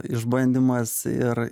išbandymas ir